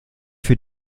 für